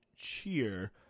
cheer